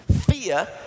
Fear